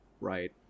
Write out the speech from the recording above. right